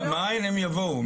מאין הם יבואו?